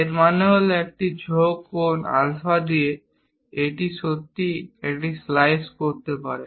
এর মানে হল একটি ঝোঁক কোণ আলফা দিয়ে এটিও আমরা সত্যিই একটি স্লাইস করতে পারি